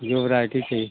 जो भ्राइटी चहि